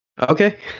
Okay